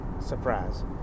surprise